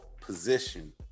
position